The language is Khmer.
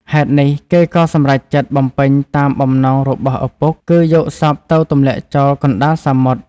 ហេតុនេះ គេក៏សម្រេចចិត្តបំពេញតាមបំណងរបស់ឪពុក គឺយកសពទៅទម្លាក់ចោលកណ្តាលសមុទ្រ។